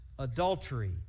adultery